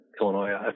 Illinois